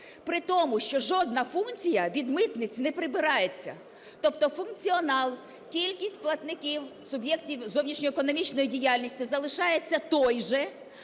При тому, що жодна функція від митниць не прибирається. Тобто функціонал, кількість платників, суб'єктів зовнішньоекономічної діяльності залишається той же,